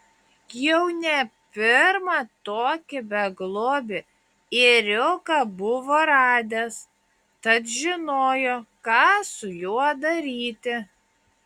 jau ne pirmą tokį beglobį ėriuką buvo radęs tad žinojo ką su juo daryti